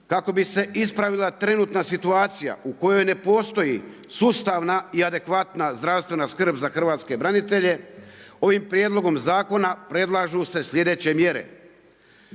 kako bi se ispravila trenutna situacija u kojoj ne postoji sustavna i adekvatna zdravstvena skrb za hrvatske branitelje, ovim prijedlogom zakona predlažu se sljedeće mjere,